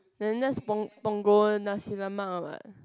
then that's Pung~ Punggol Nasi-Lemak what